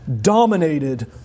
dominated